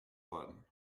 worden